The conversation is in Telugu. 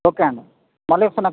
ఓకే అండి మళ్ళీ ఒకసారి నాకు